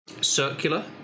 Circular